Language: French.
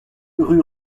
rue